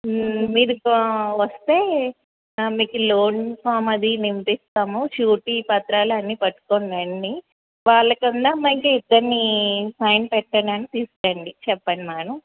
మీది కో వస్తే మీకు లోన్ ఫామ్ అది మేం తెస్తాము షూరిటీ పత్రాలు అన్నీ పట్టుకుని రండి వాళ్ళ కన్నా మళ్ళీ ఇద్దరినీ సైన్ పెట్టడానికి తీసుకురండి చెప్పండి మ్యాడమ్